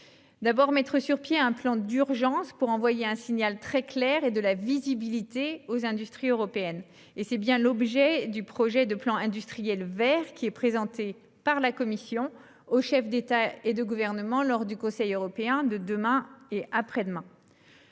d'abord mettre sur pied un plan d'urgence pour envoyer un signal très clair aux entreprises européennes et leur donner de la visibilité. Tel est bien l'objet du projet de plan industriel vert, qui sera présenté par la Commission aux chefs d'État et de gouvernement lors du Conseil européen de demain et après-demain.